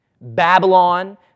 Babylon